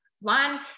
one